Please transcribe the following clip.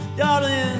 darling